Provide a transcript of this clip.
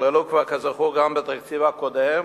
נכללו כבר, כזכור, גם בתקציב הקודם,